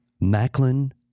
Macklin